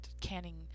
canning